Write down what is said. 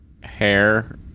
hair